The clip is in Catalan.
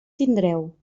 tindreu